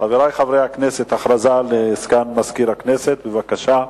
חברי חברי הכנסת, הודעה לסגן מזכירת הכנסת, בבקשה.